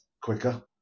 quicker